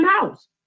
house